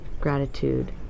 gratitude